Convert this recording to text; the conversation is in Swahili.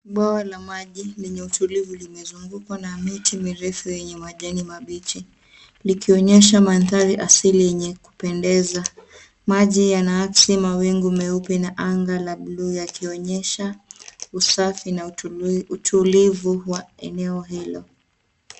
Bwawa la maji lenye utulivu limezungukwa na miti mirefu yenye majani mabichi likionyesha mandhari asili yenye kupendeza. Maji yanaakisi mawingu meupe na anga ya bluu yakionyesha usafi na utulivu wa eneo hilo.